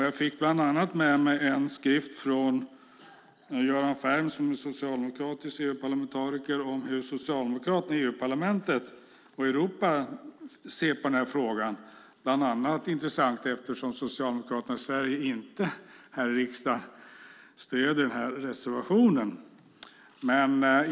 Jag fick bland annat med mig en skrift från Göran Färm, som är socialdemokratisk EU-parlamentariker, om hur socialdemokraterna i EU-parlamentet och Europa ser på frågan. Det är intressant bland annat eftersom Socialdemokraterna i Sverige här i riksdagen inte stöder reservationen.